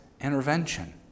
intervention